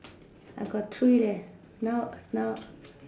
I got three leh now now